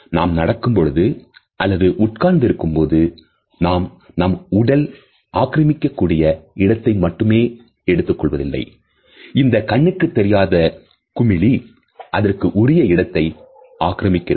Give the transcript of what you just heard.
நாம் நடக்கும் பொழுதோ அல்லது உட்கார்ந்து இருக்கும் போது நாம் நம் உடல் ஆக்கிரமிக்க கூடிய இடத்தை மட்டும் எடுத்துக் கொள்வதில்லை இந்த கண்ணுக்குத் தெரியாத குமிழி அதற்கு உரிய இடத்தையும் ஆக்கிரமிக்கிறது